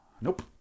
Nope